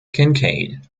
kincaid